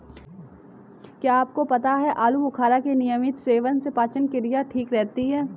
क्या आपको पता है आलूबुखारा के नियमित सेवन से पाचन क्रिया ठीक रहती है?